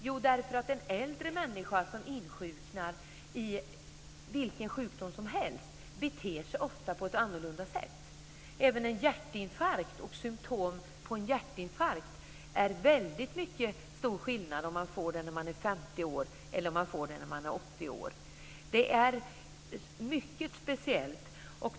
Jo, därför att en äldre människa som insjuknar i vilken sjukdom som helst beter sig ofta på ett annorlunda sätt. Det är stor skillnad på symtomen på hjärtinfarkt om man får det när man är 50 år eller om man är 80 år. Det är mycket speciellt.